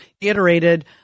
iterated